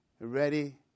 ready